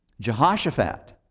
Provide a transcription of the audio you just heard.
Jehoshaphat